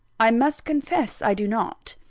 i must confess i do not.